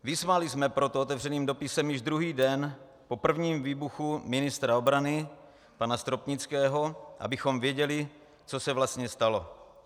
Vyzvali jsme proto otevřeným dopisem již druhý den po prvním výbuchu ministra obrany pana Stropnického, abychom věděli, co se vlastně stalo.